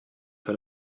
für